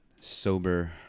sober